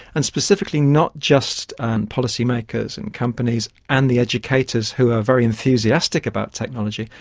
and specifically not just and policy makers and companies and the educators who are very enthusiastic about technology,